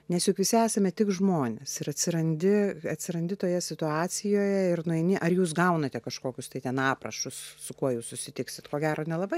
nes juk visi esame tik žmonės ir atsirandi atsirandi toje situacijoje ir nueini ar jūs gaunate kažkokius tai ten aprašus su kuo jūs susitiksit ko gero nelabai